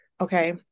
Okay